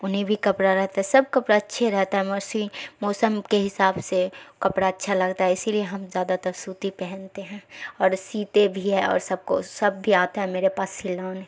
اونی بھی کپڑا رہتا ہے سب کپڑا اچھے رہتا ہے موسم کے حساب سے کپڑا اچھا لگتا ہے اسی لیے ہم زیادہ تر سوتی پہنتے ہیں اور سیتے بھی ہیں اور سب کو سب بھی آتا ہے میرے پاس سلانے